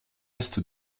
est